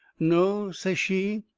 no, says she,